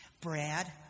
Brad